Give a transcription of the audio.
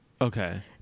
Okay